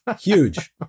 Huge